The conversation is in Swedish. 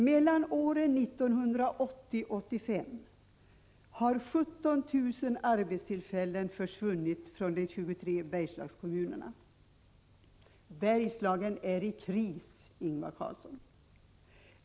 Mellan åren 1980 och 1985 har 17 000 arbetstillfällen försvunnit från de 23 bergslagskommunerna. Bergslagen är i kris, Ingvar Carlsson!